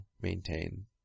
maintain